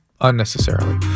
Unnecessarily